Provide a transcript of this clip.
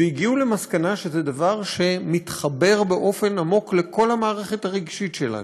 והגיעו למסקנה שזה דבר שמתחבר באופן עמוק לכל המערכת הרגשית שלנו.